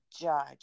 judge